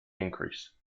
increase